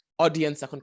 Audience